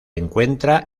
encuentra